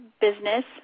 business